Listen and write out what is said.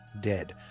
Dead